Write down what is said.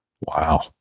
Wow